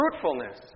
fruitfulness